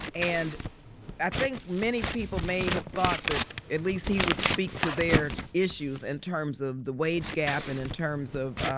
and i think many people may have thought that at least he would speak to their issues in terms of the wage gap and in terms of